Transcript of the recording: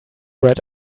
red